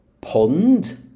Pond